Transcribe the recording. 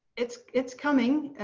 it's it's coming.